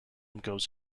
goes